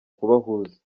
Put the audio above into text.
kubahuza